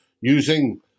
using